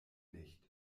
nicht